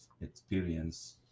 experience